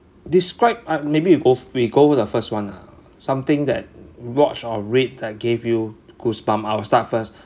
describe um maybe you go f~ we go with the first one lah something that watch or read that gave you goosebumps I'll start first